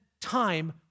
time